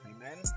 Amen